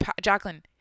jacqueline